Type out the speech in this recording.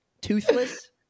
Toothless